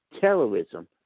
terrorism